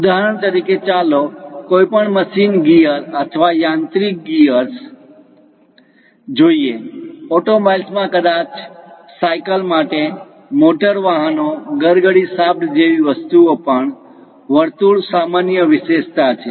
ઉદાહરણ તરીકે ચાલો કોઈ પણ મશીન ગિઅર અથવા યાંત્રિક gears mechanical gears mechanical gears જોઈએ ઓટોમોબાઇલ્સ માં કદાચ સાઇકલ માટે મોટર વાહનો ગરગડી શાફ્ટ જેવી વસ્તુઓ પણ વર્તુળ સામાન્ય વિશેષતા છે